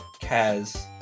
Kaz